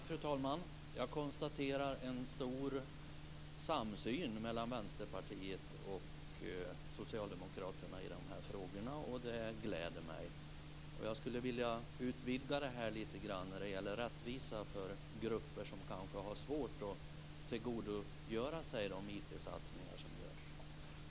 Fru talman! Jag konstaterar att det är en stor samsyn mellan Vänsterpartiet och Socialdemokraterna i de här frågorna, och det gläder mig. Jag skulle vilja utvidga det här lite grann när det gäller rättvisa för grupper som kanske har svårt att tillgodogöra sig de IT-satsningar som görs.